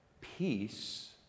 peace